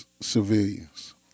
civilians